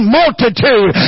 multitude